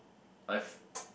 I've